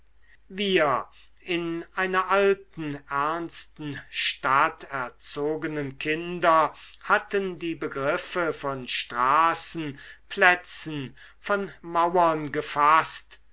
wir in einer alten ernsten stadt erzogenen kinder hatten so die begriffe von straßen plätzen von mauern gefaßt